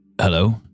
Hello